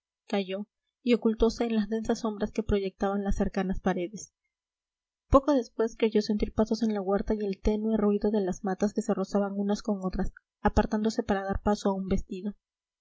calló y ocultose en las densas sombras que proyectaban las cercanas paredes poco después creyó sentir pasos en la huerta y el tenue ruido de las matas que se rozaban unas con otras apartándose para dar paso a un vestido